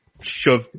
shove